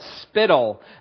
spittle